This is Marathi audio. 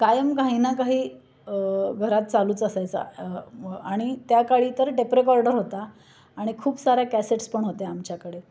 कायम काही ना काही घरात चालूच असायचा आणि त्या काळी तर टेपरेकॉर्डर होता आणि खूप साऱ्या कॅसेट्स पण होत्या आमच्याकडे